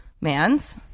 man's